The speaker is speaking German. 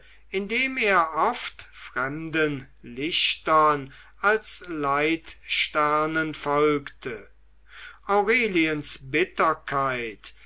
indem er oft fremden lichtern als leitsternen folgte aureliens bitterkeit